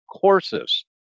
courses